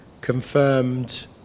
confirmed